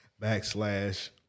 backslash